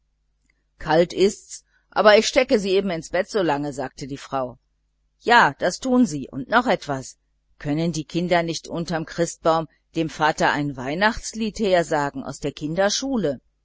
kalt ist's aber ich stecke sie eben ins bett so lang ja das tun sie und noch etwas können die kinder nicht unter dem christbaum dem vater ein weihnachtslied hersagen aus der kinderschule